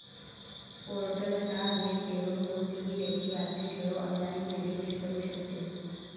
पोर्टलला भेट देऊन कोणतीही व्यक्ती आपली ठेव ऑनलाइन रिडीम करू शकते